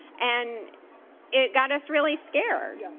and it got us really scared.